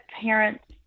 parents